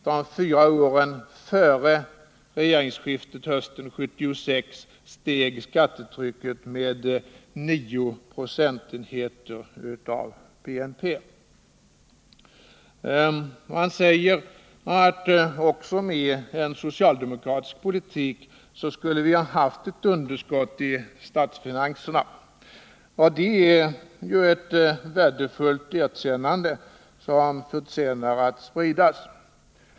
De fyra åren före regeringsskiftet hösten 1976 steg skattetrycket med nio procentenheter av BNP. Man säger att också med en socialdemokratisk politik skulle vi ha haft ett underskott i statsfinanserna. Det är ett värdefullt erkännande, som förtjänar att spridas.